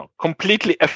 completely